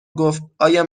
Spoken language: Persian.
گفتآیا